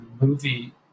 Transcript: movie